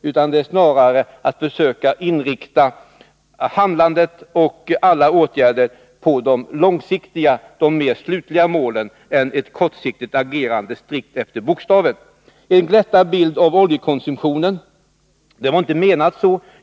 Snarare är det ett försök att inrikta handlandet och alla åtgärder på de långsiktiga, mer slutliga målen, i stället för ett kortsiktigt agerande strikt efter bokstaven. Birgitta Dahl sade att jag gav en glättad bild av oljekonsumtionen. Det var inte menat så.